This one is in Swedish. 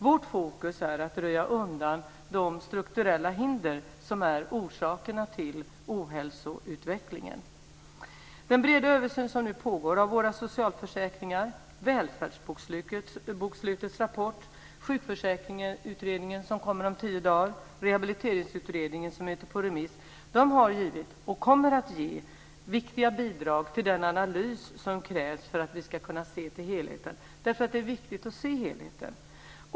Vårt fokus är att röja undan de strukturella hinder som är orsakerna till ohälsoutvecklingen. Den breda översyn som nu pågår av våra socialförsäkringar - Välfärdsbokslutets rapport, Sjukförsäkringsutredningens betänkande som kommer om tio dagar, Rehabiliteringsutredningens betänkande som är ute på remiss - har givit och kommer att ge viktiga bidrag till den analys som krävs för att vi ska kunna se till helheten. Det är viktigt att se helheten.